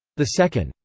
the second,